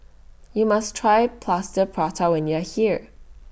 YOU must Try Plaster Prata when YOU Are here